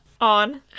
On